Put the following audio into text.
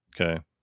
Okay